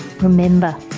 Remember